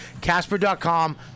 Casper.com